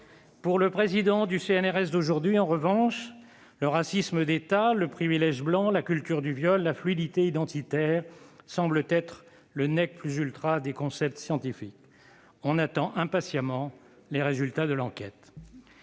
pour le président du CNRS d'aujourd'hui, le « racisme d'État », le « privilège blanc », la « culture du viol » et la « fluidité identitaire » semblent être le des concepts scientifiques. On attend impatiemment les résultats de l'enquête